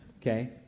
Okay